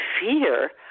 fear